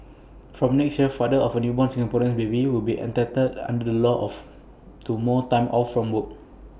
from next year fathers of newborn Singaporean babies will be entitled under the law to more time off from work